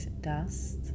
dust